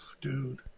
Dude